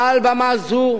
מעל במה זו,